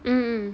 mmhmm